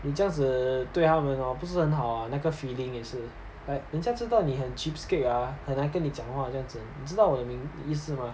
你这样子对他们 hor 不是很好啊那个 feeling 也是 like 人家知道你很 cheapskate ah 很难跟你讲话这样子你知道我的意思吗